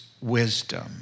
wisdom